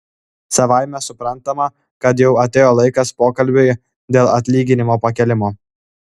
savaime suprantama kad jau atėjo laikas pokalbiui dėl atlyginimo pakėlimo